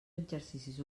exercicis